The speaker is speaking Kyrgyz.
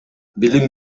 билим